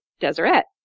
Deseret